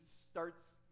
starts